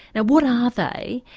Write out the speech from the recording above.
now what are they,